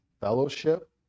fellowship